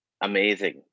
amazing